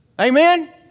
Amen